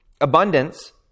abundance